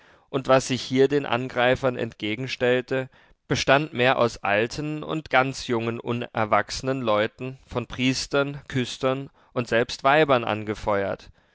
und was sich hier den angreifern entgegenstellte bestand mehr aus alten und ganz jungen unerwachsenen leuten von priestern küstern und selbst weibern angefeuert